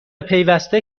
پیوسته